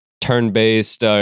turn-based